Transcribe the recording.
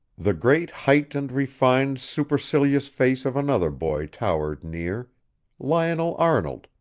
the great height and refined, supercilious face of another boy towered near lionel arnold,